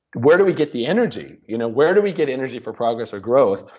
where do we get the energy? you know where do we get energy for progress or growth?